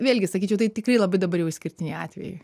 vėlgi sakyčiau tai tikrai labai dabar jau išskirtiniai atvejai